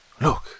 look